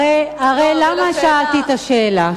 הרי למה שאלתי את השאלה?